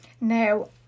Now